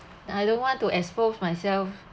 I don't want to expose myself